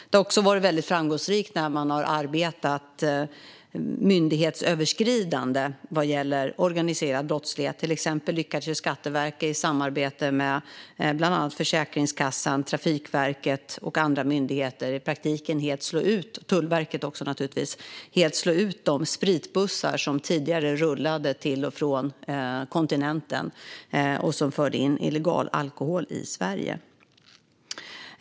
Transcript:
Det har också varit framgångsrikt att arbeta myndighetsöverskridande vad gäller organiserad brottslighet. Till exempel lyckades ju Skatteverket i samarbete med bland annat Försäkringskassan, Trafikverket, naturligtvis Tullverket och andra myndigheter i praktiken helt slå ut de spritbussar som tidigare rullade till och från kontinenten och förde in illegal alkohol i Sverige.